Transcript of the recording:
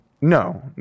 No